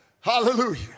hallelujah